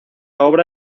obra